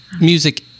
music